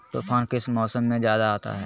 तूफ़ान किस मौसम में ज्यादा आता है?